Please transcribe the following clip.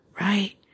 right